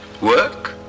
Work